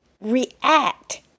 react